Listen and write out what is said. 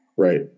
Right